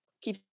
Keep